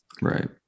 Right